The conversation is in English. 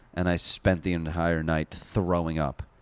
and i spent the entire night throwing up.